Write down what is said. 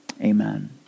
Amen